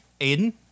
Aiden